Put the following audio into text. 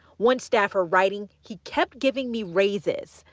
one staffer writing he kept giving me raises.